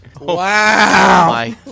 wow